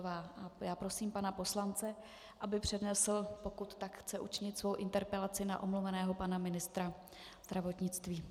A já prosím pana poslance, aby přednesl, pokud tak chce učinit, svou interpelaci na omluveného pana ministra zdravotnictví.